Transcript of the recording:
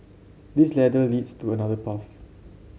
this ladder leads to another path